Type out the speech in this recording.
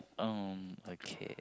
um okay